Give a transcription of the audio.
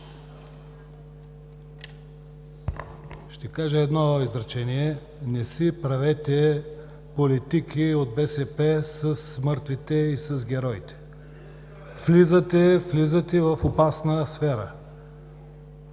Ще кажа едно изречение: от БСП не си правете политики с мъртвите и с героите. Влизате в опасна сфера.